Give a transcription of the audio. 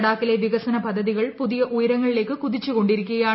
ലഡാക്കിലെ വികസന പദ്ധതികൾ പുതിയ ഉയരങ്ങളിലേക്ക് കുതിച്ചു കൊണ്ടിരിക്കുകയാണ്